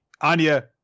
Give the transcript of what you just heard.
Anya